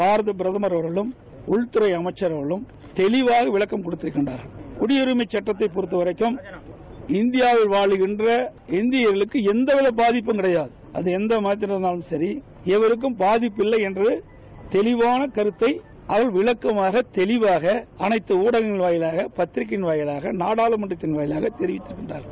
பாரத பிரதமர் அவர்களும் உள்துறை அமைச்சர் அவர்களும் தெளிவாக விளக்கம் அளித்திருக்கிமார்கள் குடியுரிமை சட்டத்தை பொறத்தவரைக்கும் இந்தியாவில் வாம்கின்ற இக்கியர்களுக்கு எல்வித பாதிப்பும் கிடையாது அது எந்த மதத்தில் இருந்தூலும் சரி எவருக்கும் பாதிப்பு இல்லையென்று தெளிவான கருத்தை அவர்கள் விளக்கமாக தெளிவாக அனைத்து ஊடகங்கள் வாயிலாக பத்திரிகைகள் வாயிலாக நாடாளுமன்றத்தில் தெரிவித்திருக்கிறார்கள்